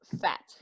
fat